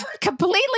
completely